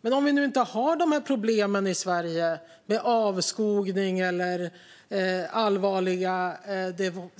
Men om vi inte har problem med avskogning eller allvarliga